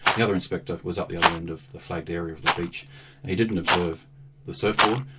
the other inspector was up the other end of the flagged area of the beach, and he didn't observe the surfboard.